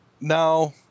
now